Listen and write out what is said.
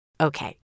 Okay